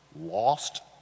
Lost